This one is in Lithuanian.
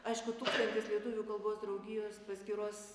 aišku tūkstantis lietuvių kalbos draugijos paskyros